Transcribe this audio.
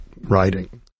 writing